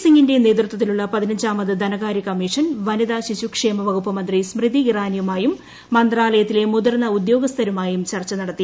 സിംഗിന്റെ നേതൃത്വത്തിലുള്ള പിത്രിനഞ്ചാമത് ധനകാര്യ കമ്മീ ഷൻ വനിതാ ശിശുക്ഷേമ വകുപ്പ് മന്ത്രി സ്ട്മുതി ഇറാനിയുമായും മന്ത്രാല യത്തിലെ മുതിർന്ന ഉദ്യോഗസ്ഥരുമായും ച്ചർച്ച നടത്തി